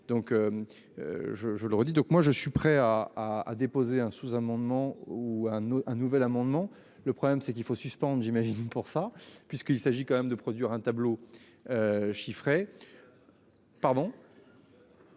Je je leur redis donc moi je suis prêt à à à déposer un sous-amendement ou un autre un nouvel amendement. Le problème c'est qu'il faut suspendre j'imagine, pour ça puisqu'il s'agit quand même de produire un tableau. Chiffré. Pardon.